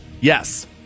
Yes